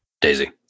Daisy